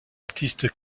artiste